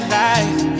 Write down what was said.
life